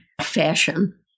fashion